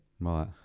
right